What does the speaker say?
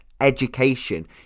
education